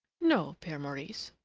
no, pere maurice,